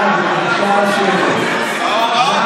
חברת